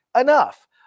Enough